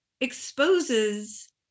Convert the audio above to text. exposes